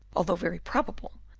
although very probable,